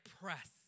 press